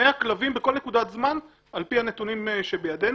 100 כלבים בכל נקודת זמן על פי הנתונים שבידינו.